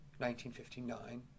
1959